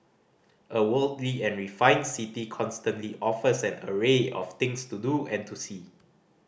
a worldly and refined city constantly offers an array of things to do and to see